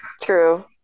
True